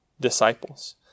disciples